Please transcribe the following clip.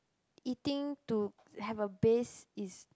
eating to have a base is